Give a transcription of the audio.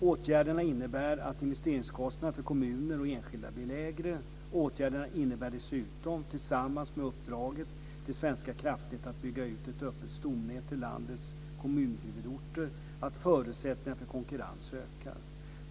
Åtgärderna innebär att investeringskostnaden för kommuner och enskilda blir lägre. Åtgärderna innebär dessutom, tillsammans med uppdraget till Svenska Kraftnät att bygga ett öppet stomnät till landets kommunhuvudorter, att förutsättningarna för konkurrens ökar.